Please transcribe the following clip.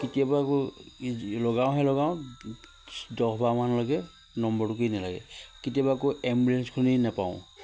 কেতিয়াবা আকৌ লগাওঁহে লগাওঁ দহ বাৰমানলৈকে নম্বৰটোকে নেলাগে কেতিয়াবা আকৌ এম্বুলেঞ্চখনেই নাপাওঁ